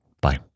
Bye